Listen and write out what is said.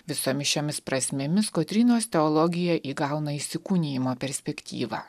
visomis šiomis prasmėmis kotrynos teologija įgauna įsikūnijimo perspektyvą